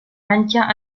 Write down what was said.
mannequin